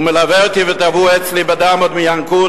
הוא מלווה אותי וטבוע אצלי בדם עוד מינקות,